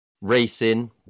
racing